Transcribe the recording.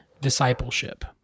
discipleship